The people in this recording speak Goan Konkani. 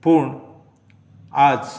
पूण आयज